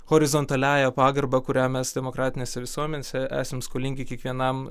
horizontaliąja pagarba kurią mes demokratinėse visuomenėse esam skolingi kiekvienam